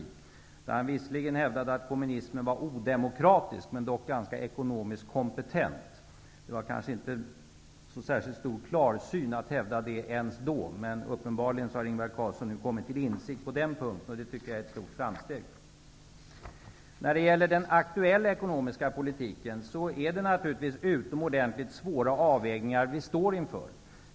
I den hävdade Ingvar Carlsson visserligen att kommunismen var odemokratisk, men att den dock var ganska ekonomiskt kompetent. Det var kanske inte så klarsynt att ens då hävda det, men uppenbarligen har Ingvar Carlsson nu kommit till insikt på den punkten. Det tycker jag är ett stort framsteg. När det gäller den aktuella ekonomiska politiken är det naturligtvis utomordentligt svåra avvägningar vi står inför.